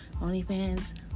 OnlyFans